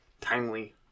timely